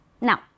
Now